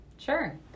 Sure